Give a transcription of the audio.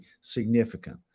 significant